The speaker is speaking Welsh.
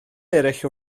eraill